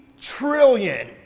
trillion